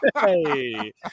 Hey